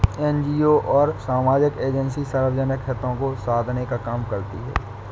NGO और सामाजिक agency सार्वजनिक हितों को साधने का काम करती हैं